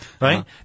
right